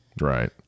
Right